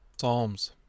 Psalms